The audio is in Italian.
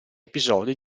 episodi